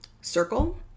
circle